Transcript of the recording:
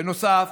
בנוסף,